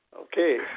Okay